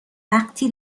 وقتی